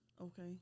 Okay